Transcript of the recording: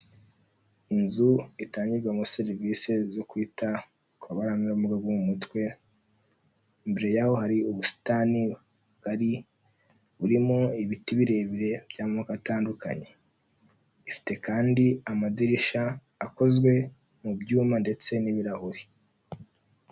Inzu itangirwamo serivisi zo kwita ku babana n'ubumuga bwo mu mutwe, imbere yaho hari ubusitani bugari burimo ibiti birebire by'amoko atandukanye. Ifite kandi amadirishya akozwe mu byuma ndetse n'ibirahuri.